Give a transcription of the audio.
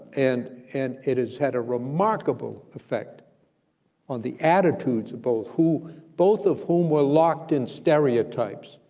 and and it has had a remarkable effect on the attitudes of both, who both of whom were locked in stereotypes,